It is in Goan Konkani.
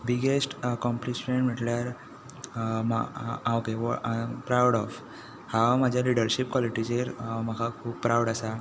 बिगस्ट अकॉमप्लिशमँट म्हणल्यार आय एम प्रावड ऑफ हांव म्हजे लिडरशिप क्वोलिटिचेर म्हाका खूब प्रावड आसा